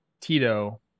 Tito